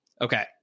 Okay